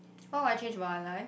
what would I change about my life